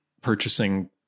purchasing